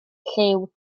lliw